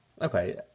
Okay